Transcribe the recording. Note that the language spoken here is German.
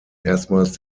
erstmals